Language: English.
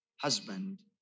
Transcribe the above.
husband